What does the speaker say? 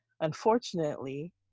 unfortunately